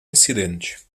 incidentes